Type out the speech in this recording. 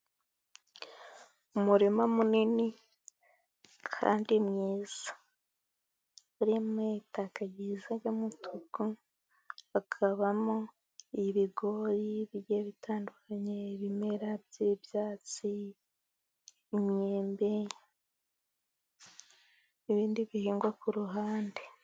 Umurima munini kandi mwiza. Urimo itaka ryiza ry'umutuku, hakabamo ibigori bigiye bitandukanye, ibimera by'ibyatsi, imyembe n'ibindi bihingwa ku ruhande.